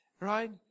right